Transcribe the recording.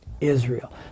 Israel